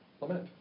lament